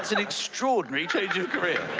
an extraordinary change of career.